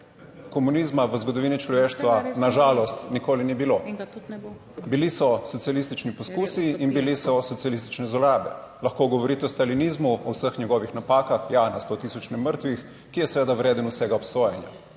komunizma v zgodovini človeštva na žalost nikoli ni bilo. Bili so socialistični poskusi in bili so socialistične zlorabe. Lahko govorite o stalinizmu, o vseh njegovih napakah. Ja, na sto tisoče mrtvih. Ki je seveda vreden vsega obsojanja,